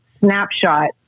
snapshot